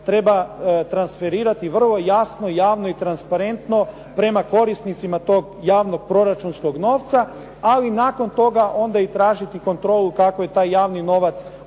treba transferirati vrlo jasno i javno i transparentno prema korisnicima toga javnog proračunskog novca ali nakon toga onda i tražiti kontrolu kako je taj javni novac